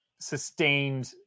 sustained